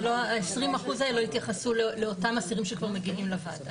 20% האלה לא התייחסו לאותם אסירים שכבר מגיעים לוועדה.